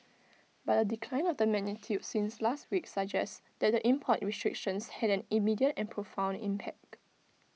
but A decline of the magnitude since last week suggests that the import restrictions had an immediate and profound impact